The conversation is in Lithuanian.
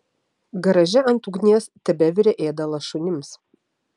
garaže ant ugnies tebevirė ėdalas šunims